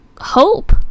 hope